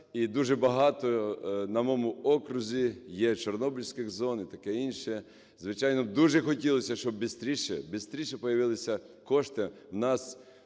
І дуже багато на моєму окрузі є чорнобильських зон і таке інше. Звичайно, дуже хотілося б, щоб бистріше, бистріше появилися кошти у нас,